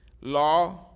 law